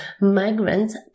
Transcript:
migrants